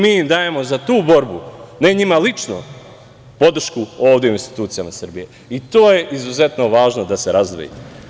Mi im dajemo za tu borbu, ne njima lično, podršku ovde u institucijama Srbije i to je izuzetno važno da se razdvoji.